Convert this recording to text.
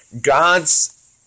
God's